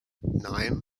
nine